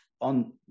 on